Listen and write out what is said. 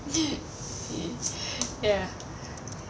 ya